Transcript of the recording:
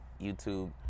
YouTube